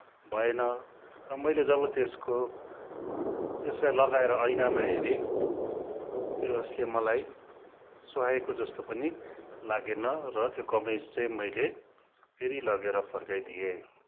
भएन र मैले जब त्यसको त्यसलाई लगाएर ऐनामा हेरेँ त्यसले मलाई सुहाएको जस्तो पनि लागेन र त्यो कमिज चाहिँ मैले फेरि लगेर फर्काइदिएँ